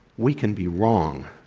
we can be wrong.